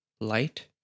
light